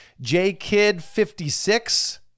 Jkid56